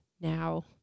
now